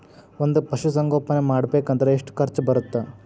ಒಂದ್ ಪಶುಸಂಗೋಪನೆ ಮಾಡ್ಬೇಕ್ ಅಂದ್ರ ಎಷ್ಟ ಖರ್ಚ್ ಬರತ್ತ?